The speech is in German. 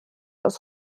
aus